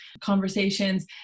conversations